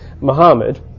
Muhammad